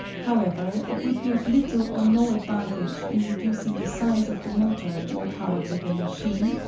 however, it would be of little or no advantage in reducing the size of the motor in a power-driven machine,